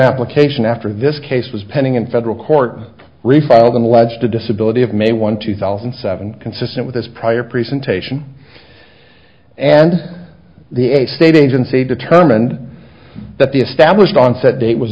application after this case was pending in federal court refiled and alleged to disability of may one two thousand and seven consistent with his prior presentation and the a state agency determined that the established onset date was